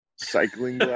cycling